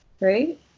right